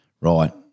right